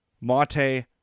Mate